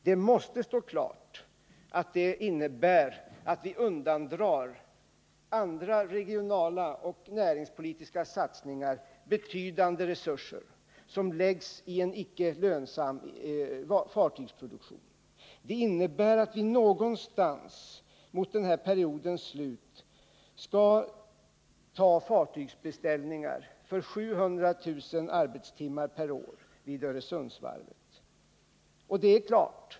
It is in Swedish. Det måste stå klart att det skulle innebära att vi undandrar betydande resurser från andra regionala och näringspolitiska satsningar för att lägga dem i en icke lönsam fartygsproduktion. Någon gång mot slutet av den här perioden skulle vi då ta emot fartygsbeställningar för 700 000 arbetstimmar per år vid Öresundsvarvet.